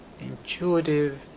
intuitive